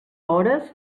hores